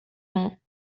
mig